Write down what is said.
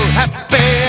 happy